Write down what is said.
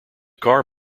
car